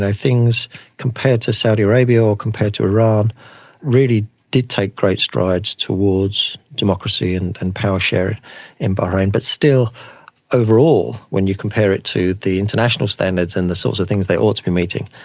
things compared to saudi arabia or compared to iran really did take great strides towards democracy and and power sharing in bahrain. but still overall, when you compare it to the international standards and the sorts of things they ought to be meeting,